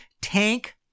Tank